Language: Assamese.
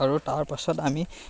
আৰু তাৰ পাছত আমি